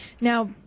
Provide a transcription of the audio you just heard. Now